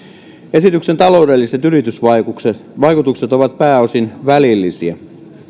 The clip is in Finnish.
esityksen taloudelliset vaikutukset vaikutukset ovat pääosin välillisiä